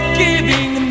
giving